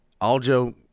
Aljo